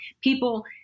people